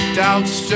doubts